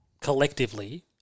collectively